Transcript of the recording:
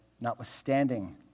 notwithstanding